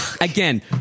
Again